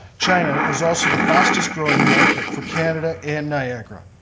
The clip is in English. china is also the fastest growing market for canada and niagara.